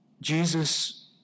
Jesus